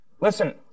Listen